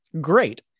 Great